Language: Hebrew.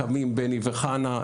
לפעמים בני וחנה,